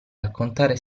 raccontare